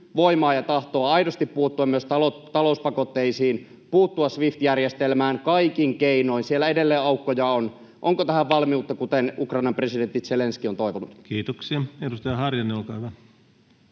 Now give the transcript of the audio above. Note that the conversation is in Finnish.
voimaa ja tahtoa aidosti puuttua myös talouspakotteisiin, puuttua SWIFT-järjestelmään kaikin keinoin? Siellä edelleen aukkoja on. Onko tähän valmiutta, kuten Ukrainan presidentti Zelenskyi on toivonut? [Speech 29] Speaker: